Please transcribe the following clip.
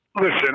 Listen